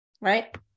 right